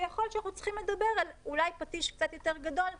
ויכול להיות שאנחנו צריכים לדבר אולי על פטיש יותר גדול קצת,